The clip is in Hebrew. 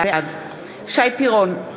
בעד שי פירון,